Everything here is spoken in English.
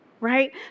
Right